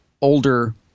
older